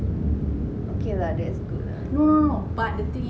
okay lah that's good lah